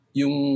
yung